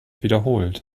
wiederholt